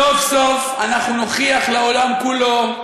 סוף-סוף אנחנו נוכיח לעולם כולו,